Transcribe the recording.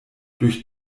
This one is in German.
durch